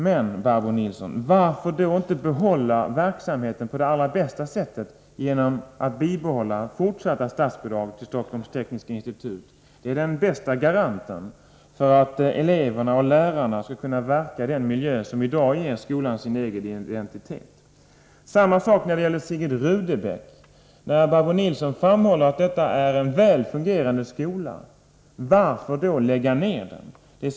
Men, Barbro Nilsson, varför då inte behålla verksamheten på det allra bästa sättet, nämligen genom att även i fortsättningen ge statsbidrag till Stockholms Tekniska institut? Det är den bästa garanten för att eleverna och lärarna skall kunna verka i den miljö som i dag ger skolan en egen identitet. Samma sak när det gäller Sigrid Rudebecks gymnasium. Barbro Nilsson framhöll att det rör sig om en väl fungerande skola. Varför då lägga ned den?